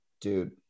dude